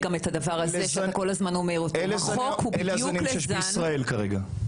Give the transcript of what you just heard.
אלה הזנים שיש בישראל כרגע.